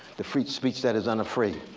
the free speech that is unafraid.